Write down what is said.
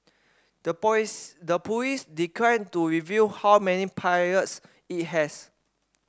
the the police declined to reveal how many pilots it has